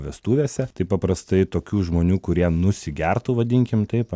vestuvėse tai paprastai tokių žmonių kurie nusigertų vadinkim taip